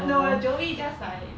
no joey just like